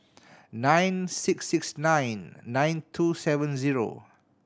nine six six nine nine two seven zero